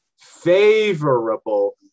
favorable